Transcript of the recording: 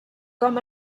com